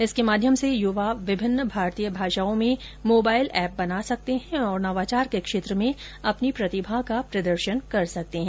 इसके माध्यम से युवा विभिन्न भारतीय भाषाओं में मोबाइल ऐप बना सकते हैं और नवाचार के क्षेत्र में अपनी प्रतिभा का प्रदर्शन कर सकते हैं